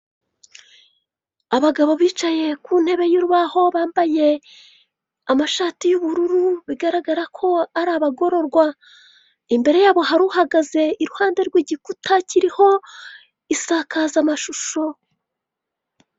Abagabo bicaye ku ntebe y'urubaho bambaye amashati y'ubururu bigaragara ko ari abagororwa. Imbere yabo hari uhagaze iruhande y'igikuta kirimo isakaza mashusho.